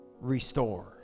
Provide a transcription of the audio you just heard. restore